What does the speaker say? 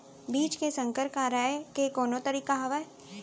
बीज के संकर कराय के कोनो तरीका हावय?